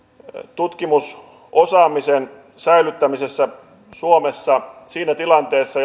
tutkimusosaamisen säilyttämiseksi suomessa siinä tilanteessa